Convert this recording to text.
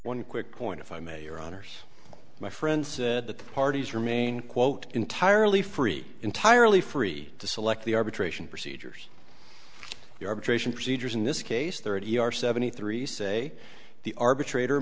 one quick point if i may your honors my friend said that the parties remain quote entirely free entirely free to select the arbitration procedures the arbitration procedures in this case thirty our seventy three say the arbitrator